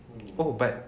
oh but